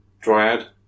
Dryad